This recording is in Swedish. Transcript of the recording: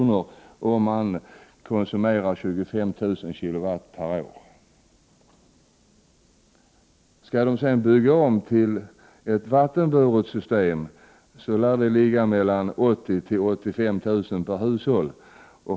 per år, om man konsumerar 25 000 kWh per år. Skall de sedan bygga om till ett vattenburet system lär kostnaden ligga på 80 000—85 000 kr. per hushåll.